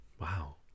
Wow